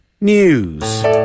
news